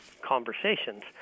conversations